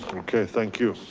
okay, thank you.